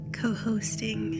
co-hosting